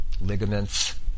ligaments